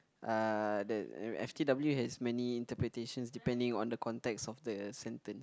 uh the f_t_w has many interpretations depending on the context of the sentence